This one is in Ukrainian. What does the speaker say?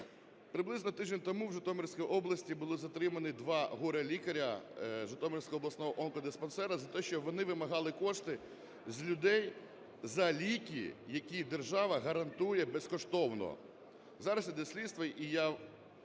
Приблизно тиждень тому в Житомирській області були затримані два горе-лікарі Житомирського обласного онкодиспансеру за те, що вони вимагали кошти з людей за ліки, які держава гарантує безкоштовно. Зараз іде слідство, і я